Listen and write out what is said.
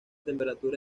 temperatura